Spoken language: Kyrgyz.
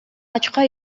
ачка